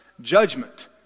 judgment